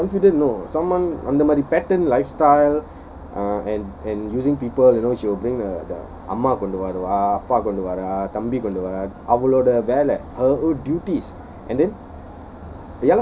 ah confident no someone அந்தமாரி:anthamaari pattern lifestyle uh and and using people you know she will bring uh the அம்மா கொன்டு வருவா அப்பா கொன்டு வருவா:ammaa kondu varuvaa appa kondu waruwa uh தம்பி கொன்டு வருவா அவளோட வேல:thambi kondu waruwa avaloda vela her duties and then